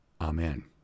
Amen